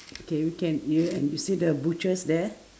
okay we can yeah and you see the butchers there